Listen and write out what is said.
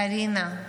קרינה,